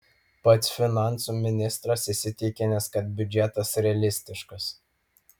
pats finansų ministras įsitikinęs kad biudžetas realistiškas